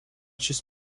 šis